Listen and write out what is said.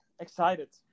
excited